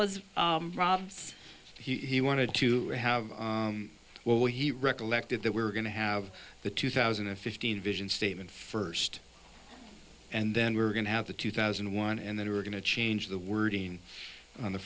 was he wanted to have well he recollected that we're going to have the two thousand and fifteen vision statement first and then we're going to have the two thousand and one and then we're going to change the wording on the